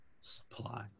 supply